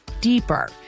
deeper